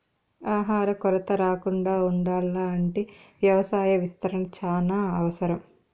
ఆహార కొరత రాకుండా ఉండాల్ల అంటే వ్యవసాయ విస్తరణ చానా అవసరం